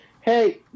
Hey